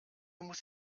muss